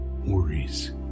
worries